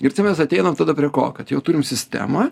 ir cia mes ateinam tada prie ko kad jau turim sistemą